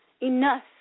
Enough